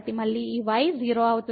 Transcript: మళ్ళీ ఈ y 0 అవుతుంది